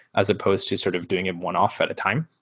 as supposed to sort of doing it one-off at a time.